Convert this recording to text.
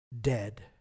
dead